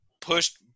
pushed